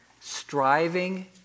striving